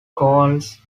calls